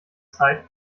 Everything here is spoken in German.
zeit